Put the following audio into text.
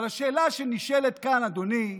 אבל השאלה שנשאלת כאן, אדוני,